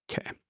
Okay